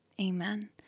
Amen